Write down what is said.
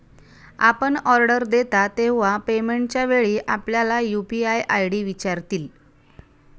आपण ऑर्डर देता तेव्हा पेमेंटच्या वेळी आपल्याला यू.पी.आय आय.डी विचारतील